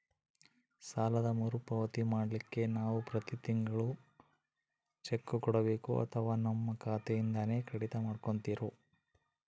ಸಾಲದ ಮರುಪಾವತಿ ಮಾಡ್ಲಿಕ್ಕೆ ನಾವು ಪ್ರತಿ ತಿಂಗಳು ಚೆಕ್ಕು ಕೊಡಬೇಕೋ ಅಥವಾ ನಮ್ಮ ಖಾತೆಯಿಂದನೆ ಕಡಿತ ಮಾಡ್ಕೊತಿರೋ?